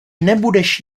nebudeš